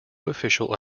official